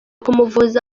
kumuvuza